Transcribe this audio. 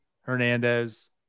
Hernandez